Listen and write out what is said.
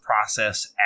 process